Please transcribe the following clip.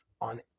on